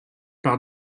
par